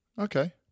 Okay